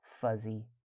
fuzzy